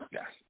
Yes